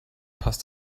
passt